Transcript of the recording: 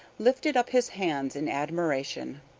lifted up his hands in admiration.